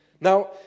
Now